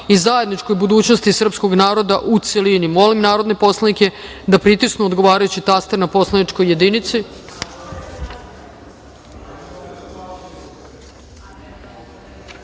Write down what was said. i zajedničkoj budućnosti srpskog naroda, u celini. Molim narodne poslanike da pritisnu odgovarajući taster na poslaničkoj